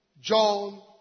John